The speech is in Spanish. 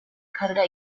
carga